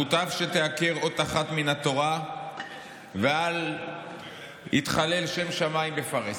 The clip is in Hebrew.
מוטב שתעקר אות אחת מן התורה ואל יתחלל שם שמים בפרהסיא".